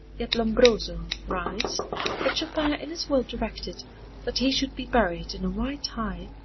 yet lombroso writes that chopin in his will directed that he should be buried in a white tie,